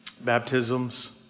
Baptisms